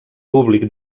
públic